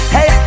Hey